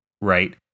right